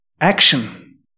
action